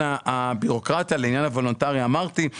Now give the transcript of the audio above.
הבירוקרטיה ואת עניין הוולונטריות אמרתי;